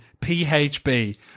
PHB